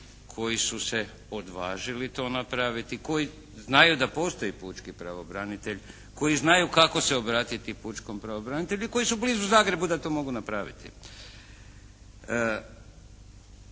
koji su se odvažili to napraviti, koji znaju da postoji pučki pravobranitelj, koji znaju kako se obratiti pučkom pravobranitelju, koji su blizu Zagrebu da to mogu napraviti.